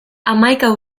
hamaika